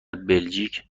بلژیک